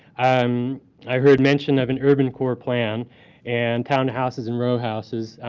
um i heard mention of an urban core plan and townhouses and row houses.